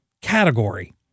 Category